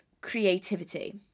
creativity